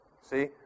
see